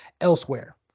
elsewhere